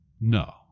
No